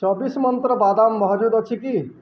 ଚବିଶ ମନ୍ତ୍ର ବାଦାମ ମହଜୁଦ ଅଛି କି